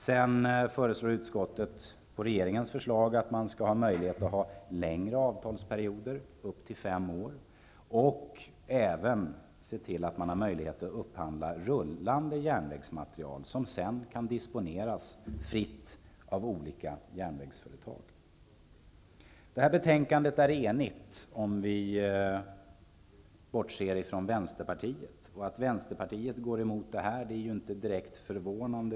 Utskottet föreslår också, på förslag av regeringen, att man skall ha möjlighet att ha längre avtalsperioder, upp till fem år, och att det även skall finnas möjligheter att upphandla rullande järnvägsmaterial, som sedan kan disponeras fritt av olika järnvägsföretag. Detta betänkande är enigt, om man bortser från Vänsterpartiet. Att Vänsterpartiet går emot detta är inte direkt förvånande.